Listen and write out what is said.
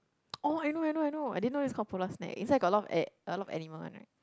oh I know I know I know I didn't know it's called polar snack inside got a lot of a~ a lot of animal one right